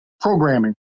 programming